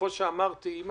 כמו שאמרתי, אם